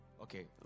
okay